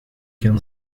can